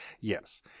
Yes